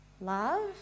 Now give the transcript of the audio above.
Love